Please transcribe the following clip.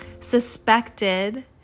suspected